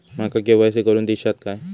माका के.वाय.सी करून दिश्यात काय?